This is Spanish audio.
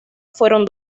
fueron